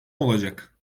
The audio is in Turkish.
olacak